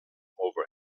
over